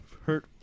hurt